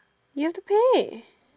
you have to pay